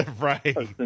Right